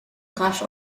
rasch